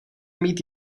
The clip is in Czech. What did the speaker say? mít